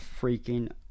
freaking